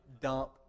dump